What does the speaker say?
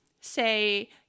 say